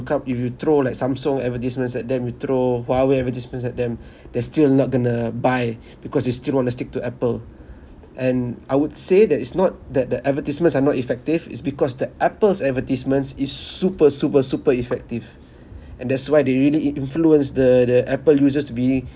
lookup if you throw like samsung advertisements at them you throw huawei advertisements at them they're still not going to buy because they still want to stick to apple and I would say that it's not that the advertisements are not effective is because the apple's advertisements is s~ super super super effective and that's why they really in~ influence the the apple users to be